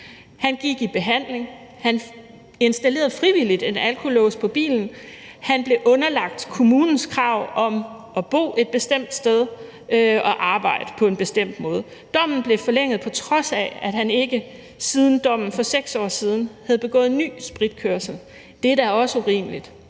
Han gik i behandling, han installerede frivilligt en alkohollås på bilen, og han blev underlagt kommunens krav om at bo et bestemt sted og arbejde på en bestemt måde. Dommen blev forlænget, på trods af at han ikke siden dommen for 6 år siden havde begået ny spritkørsel. Det er da også urimeligt.